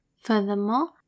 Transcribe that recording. Furthermore